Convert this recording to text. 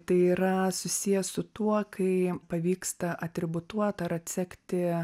tai yra susiję su tuo kai pavyksta atributuot ar atsekti